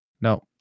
No